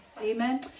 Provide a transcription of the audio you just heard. amen